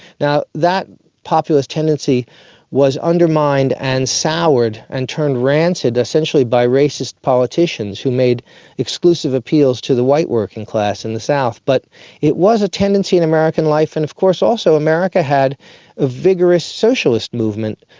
that populist tendency was undermined and soured and turned rancid essentially by racist politicians who made exclusive appeals to the white working class in the south. but it was a tendency in american life and of course also america had a vigorous socialist movement.